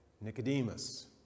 Nicodemus